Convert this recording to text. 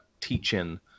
teaching